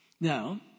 Now